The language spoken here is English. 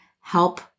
help